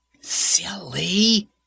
Silly